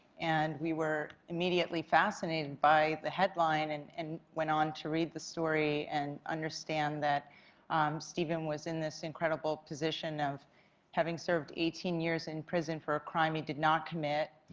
and we were immediately fascinated by the headline and and went on to read the story and understand that steven was in this incredible position of having served eighteen years in prison for a crime he did not commit.